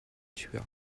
tua